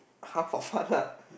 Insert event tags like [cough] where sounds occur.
half of [breath] what lah